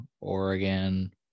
Oregon